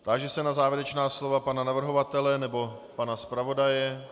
Táži se na závěrečná slova pana navrhovatele nebo pana zpravodaje.